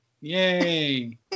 Yay